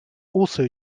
also